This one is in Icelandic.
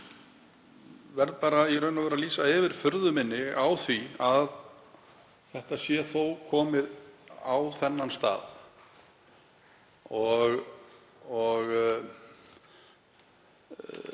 Ég verð í raun og veru að lýsa yfir furðu minni á því að þetta sé þó komið á þennan stað